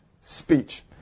speech